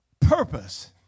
Purpose